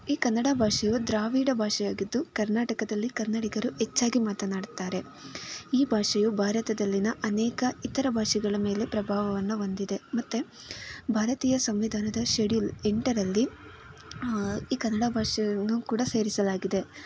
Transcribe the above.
ಈ ಕನ್ನಡ ಭಾಷೆಯು ದ್ರಾವಿಡ ಭಾಷೆಯಾಗಿದ್ದು ಕರ್ನಾಟಕದಲ್ಲಿ ಕನ್ನಡಿಗರು ಹೆಚ್ಚಾಗಿ ಮಾತನಾಡುತ್ತಾರೆ ಈ ಭಾಷೆಯು ಭಾರತದಲ್ಲಿನ ಅನೇಕ ಇತರ ಭಾಷೆಗಳ ಮೇಲೆ ಪ್ರಭಾವವನ್ನು ಹೊಂದಿದೆ ಮತ್ತು ಭಾರತೀಯ ಸಂವಿಧಾನದ ಶೆಡ್ಯೂಲ್ ಎಂಟರಲ್ಲಿ ಈ ಕನ್ನಡ ಭಾಷೆಯನ್ನು ಕೂಡ ಸೇರಿಸಲಾಗಿದೆ